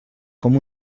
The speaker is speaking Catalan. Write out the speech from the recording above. com